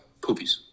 poopies